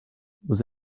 was